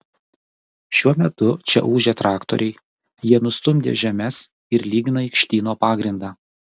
šiuo metu čia ūžia traktoriai jie nustumdė žemes ir lygina aikštyno pagrindą